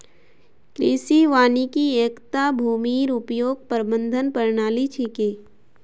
कृषि वानिकी एकता भूमिर उपयोग प्रबंधन प्रणाली छिके